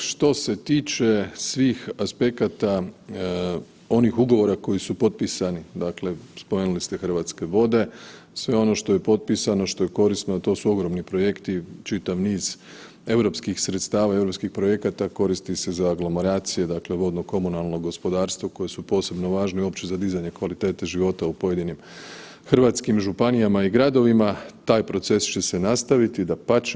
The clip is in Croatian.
Što se tiče svih aspekata onih ugovora koji su potpisani, dakle spomenuli ste Hrvatske vode, sve ono što je potpisano i što je korisno, a to su ogromni projekti čitav niz europskih sredstava i europskih projekata koristi se za aglomeracije dakle za vodno komunalno gospodarstvo koji su posebno važni uopće za dizanje kvalitete života u pojedinim hrvatskim županijama i gradovima, taj proces će se nastaviti, dapače.